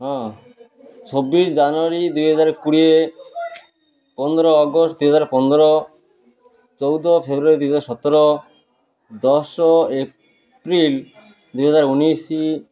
ହଁ ଛବିଶି ଜାନୁଆରୀ ଦୁଇ ହଜାର କୋଡ଼ିଏ ପନ୍ଦର ଅଗଷ୍ଟ ଦୁଇ ହଜାର ପନ୍ଦର ଚଉଦ ଫେବୃଆରୀ ଦୁଇ ହଜାର ସତର ଦଶ ଏପ୍ରିଲ ଦୁଇ ହଜାର ଉଣେଇଶି